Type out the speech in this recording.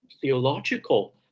theological